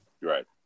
Right